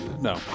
No